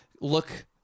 look